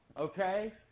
okay